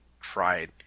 tried